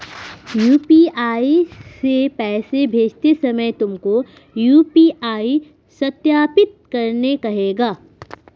UPI से पैसे भेजते समय तुमको यू.पी.आई सत्यापित करने कहेगा